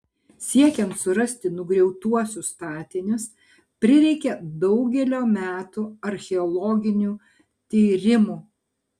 siekiant surasti nugriautuosius statinius prireikė daugelio metų archeologinių tyrimų